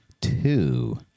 two